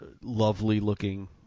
lovely-looking